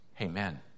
Amen